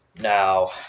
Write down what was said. Now